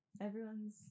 Everyone's